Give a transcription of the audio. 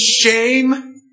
shame